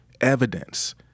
evidence